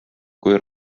kui